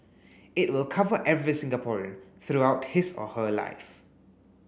it will cover every Singaporean throughout his or her life